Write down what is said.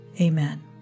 Amen